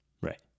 Right